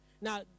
Now